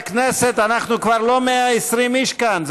אנחנו כבר לא 120 איש כאן,